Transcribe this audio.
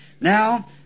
Now